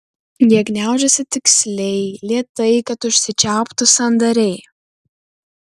jie gniaužiasi tiksliai lėtai kad užsičiauptų sandariai